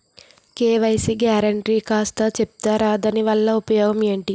KYC guarantee కాస్త చెప్తారాదాని వల్ల ఉపయోగం ఎంటి?